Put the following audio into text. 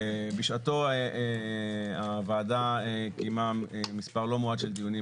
בשעתו הוועדה קיימה מספר לא מועט של דיונים